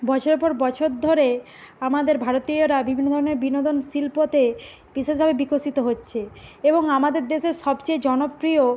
বছরের পর বছর ধরে আমাদের ভারতীয়রা বিভিন্ন ধরনের বিনোদন শিল্পতে বিশেষভাবে বিকশিত হচ্ছে এবং আমাদের দেশের সবচেয়ে জনপ্রিয়